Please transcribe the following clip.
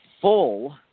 full